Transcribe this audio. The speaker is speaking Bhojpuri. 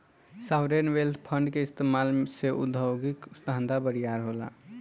सॉवरेन वेल्थ फंड के इस्तमाल से उद्योगिक धंधा बरियार होला